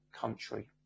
country